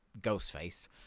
Ghostface